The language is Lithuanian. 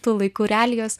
tų laikų realijos